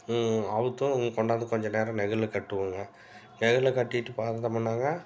அவுழ்த்தும் இங்கே கொண்டாந்து கொஞ்ச நேரம் நிழல்ல கட்டுவோங்க நிழல்ல கட்டிட்டு பார்த்தோமுன்னாங்க